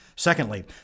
Secondly